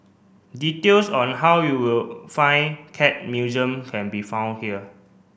details on how you will find Cat Museum can be found here